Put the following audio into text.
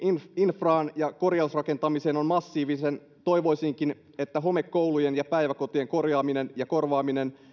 infraan ja korjausrakentamiseen on massiivinen toivoisinkin että homekoulujen ja päiväkotien korjaaminen ja korvaaminen